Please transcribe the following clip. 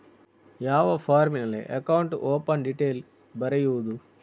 ಯಾವ ಫಾರ್ಮಿನಲ್ಲಿ account open detail ಬರೆಯುವುದು?